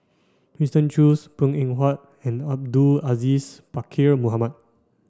Winston Choos Png Eng Huat and Abdul Aziz Pakkeer Mohamed